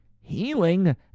healing